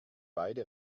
beide